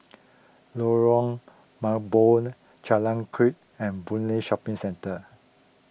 Lorong Mambong Jalan Kuak and Boon Lay Shopping Centre